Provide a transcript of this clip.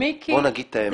בואו נגיד את האמת.